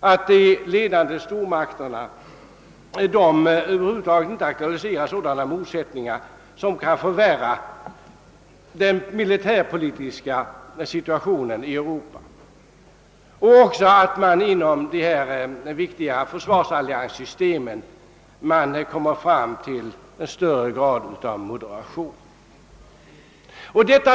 är att de ledande stormakterna över huvud taget inte aktualiserar sådana motsättningar som kan förvärra den militärpolitiska situationen i Europa samt att man också inom dessa viktiga försvarsallianssystem kommer fram till en större grad av moderation.